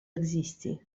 ekzisti